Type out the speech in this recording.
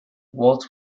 waltz